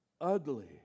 ugly